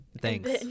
thanks